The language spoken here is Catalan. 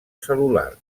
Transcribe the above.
cel·lular